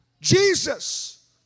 Jesus